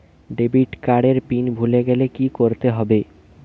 Debit card এর pin ভুলে গেলে কি করতে হবে?